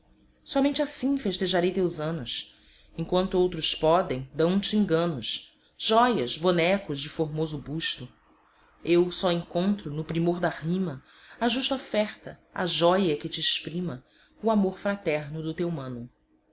somente assim festejarei teus anos enquanto outros podem dão te enganos jóias bonecos de formoso busto eu só encontro no primor da rima a justa oferta a jóia que te exprima o amor fraterno do teu mano